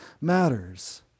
matters